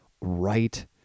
right